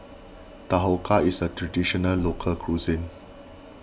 Dhokla is a Traditional Local Cuisine